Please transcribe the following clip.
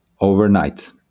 overnight